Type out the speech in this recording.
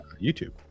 YouTube